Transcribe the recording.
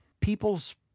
people's